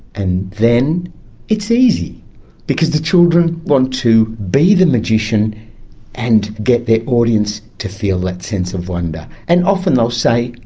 and then it's easy because the children want to be the magician and get their audience to feel that sense of wonder. and often they'll say,